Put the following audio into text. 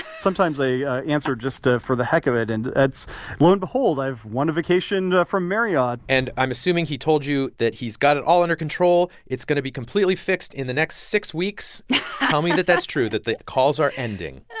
sometimes, they ah answer just ah for the heck of it. and it's lo and behold, i've won a vacation from marriott and i'm assuming he told you that he's got it all under control. it's going to be completely fixed in the next six weeks tell me that that's true that the calls are ending